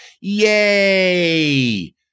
Yay